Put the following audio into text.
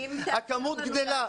המספר גדל,